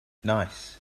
nice